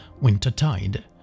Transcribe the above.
Wintertide